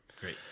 Great